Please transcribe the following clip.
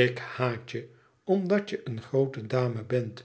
ik haat je omdat je een groote dame bent